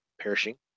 perishing